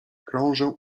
krążę